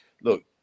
Look